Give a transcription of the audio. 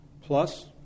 Plus